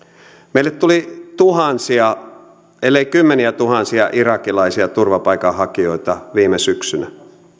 meille tuli tuhansia ellei kymmeniätuhansia irakilaisia turvapaikanhakijoita viime syksynä